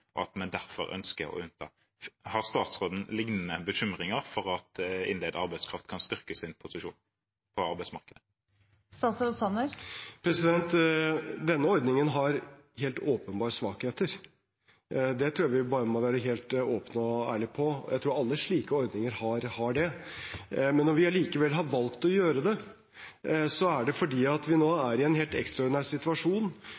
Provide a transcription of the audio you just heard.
derfor ønsker vi å unnta den. Har statsråden lignende bekymringer for at innleid arbeidskraft kan styrke sin posisjon på arbeidsmarkedet? Denne ordningen har helt åpenbart svakheter – det tror jeg vi bare må være helt åpne og ærlige på. Jeg tror alle slike ordninger har det. Men når vi allikevel har valgt å gjøre det, er det fordi vi nå er i en helt ekstraordinær situasjon med så stort antall permitterte at vi